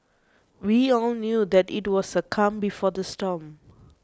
we all knew that it was the calm before the storm